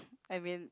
I've been